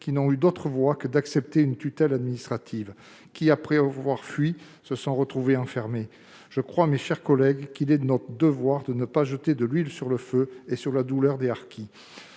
qui n'ont eu d'autre voie que d'accepter une tutelle administrative- après avoir fui, ils se sont retrouvés enfermés ! Il est de notre devoir de ne pas jeter de l'huile sur le feu et sur la douleur des harkis.